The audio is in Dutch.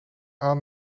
aan